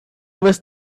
was